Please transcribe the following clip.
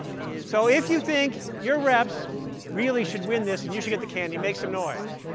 so if you think your reps really should win this and you should get the candy, make some noise.